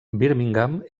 birmingham